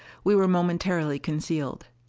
we were momentarily concealed.